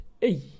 hey